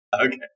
Okay